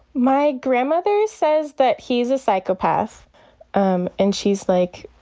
my grandmother says that he's a psychopath um and she's like,